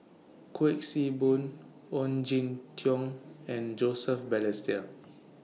Kuik Swee Boon Ong Jin Teong and Joseph Balestier